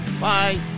Bye